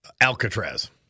Alcatraz